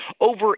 Over